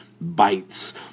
bites